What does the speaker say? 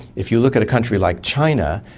if you look at a country like china,